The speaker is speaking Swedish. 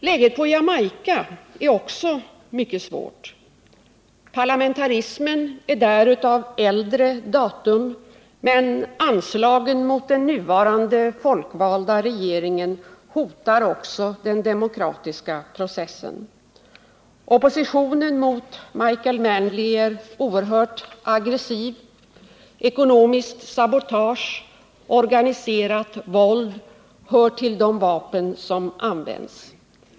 Läget på Jamaica är också mycket svårt. Parlamentarismen är där av äldre datum, men anslagen mot den nuvarande folkvalda regeringen hotar också den demokratiska processen. Oppositionen mot Michael Manley är oerhört aggressiv. Ekonomiskt sabotage och organiserat våld hör till de vapen som används.